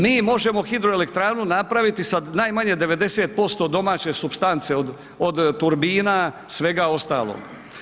Mi možemo hidroelektranu napraviti sa najmanje 90% domaće supstance od, od turbina, svega ostalog.